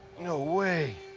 no way.